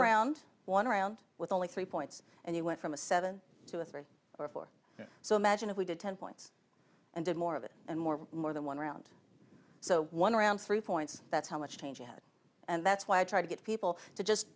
round one round with only three points and you went from a seven to a three or four so imagine if we did ten points and did more of it and more more than one round so one round three points that's how much change you had and that's why i try to get people to just